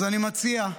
אני מציע,